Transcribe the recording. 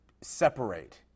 separate